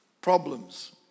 Problems